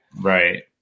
Right